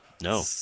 No